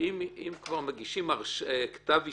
ואם כבר מגישים כתב אישום,